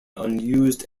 unused